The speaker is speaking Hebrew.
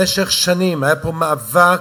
במשך שנים היה פה מאבק